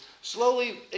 slowly